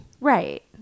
Right